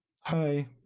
Hi